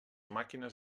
màquines